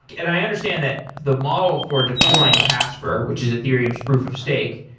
and i understand that the model for deploying casper, which is ethereum's proof of stake,